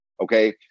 Okay